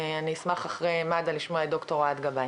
אני אשמח אחרי מד"א לשמוע את דוקטור אוהד גבאי.